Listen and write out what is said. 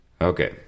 Okay